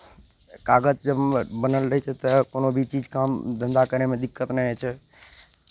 कागज जब बनल रहै छै तऽ कोनो भी चीज काम धन्धा करयमे दिक्कत नहि होइ छै